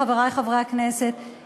חברי חברי הכנסת,